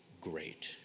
great